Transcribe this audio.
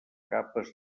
capes